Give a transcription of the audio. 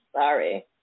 Sorry